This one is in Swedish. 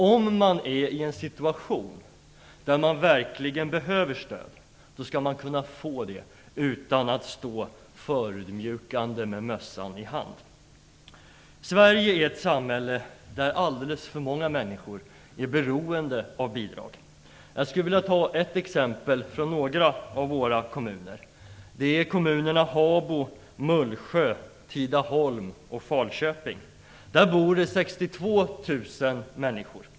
Om man är i en situation där man verkligen behöver stöd, skall man kunna få det utan att stå förödmjukad med mössan i hand. Sverige är ett samhälle där alldeles för många människor är beroende av bidrag. Jag skulle vilja ta ett exempel från några av våra kommuner. Det är kommunerna Habo, Mullsjö, Tidaholm och Falköping. Där bor 62 000 människor.